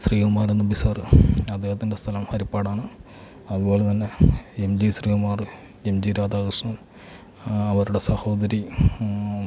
ശ്രീകുമാരൻതമ്പി sir അദ്ദേഹത്തിൻ്റെ സ്ഥലം ഹരിപ്പാടാണ് അതുപോലെത്തന്നെ M G Sreekumar M G Radhakrishnan അവരുടെ സഹോദരി